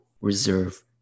reserve